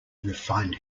refined